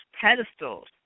pedestals